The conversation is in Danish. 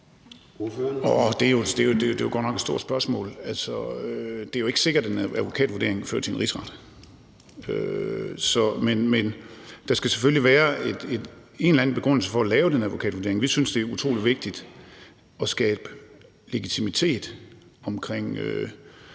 Det er godt nok et stort spørgsmål. Altså, det er jo ikke sikkert, at en advokatvurdering vil føre til en rigsretssag. Men der skal selvfølgelig være en eller anden begrundelse for at lave den advokatvurdering. Vi synes, det er utrolig vigtigt at skabe legitimitet omkring